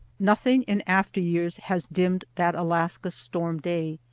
nothing in after years has dimmed that alaska storm-day.